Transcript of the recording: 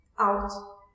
out